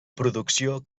producció